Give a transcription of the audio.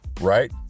right